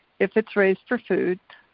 if it's raised for food,